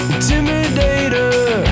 Intimidator